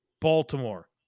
Baltimore